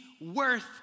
worth